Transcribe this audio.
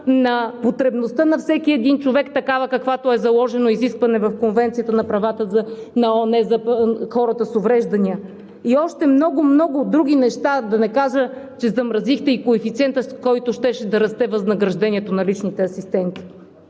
на потребността на всеки един човек – такава, каквато е заложена като изискване в Конвенцията на ООН за хората с увреждания и още много, много други неща. Да не кажа, че замразихте и коефициента, с който щеше да расте възнаграждението на личните асистенти.